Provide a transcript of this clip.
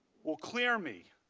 will clear me.